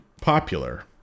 popular